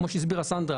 כמו שהסבירה סנדרה,